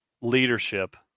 leadership